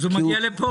אז הוא מגיע לפה.